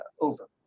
over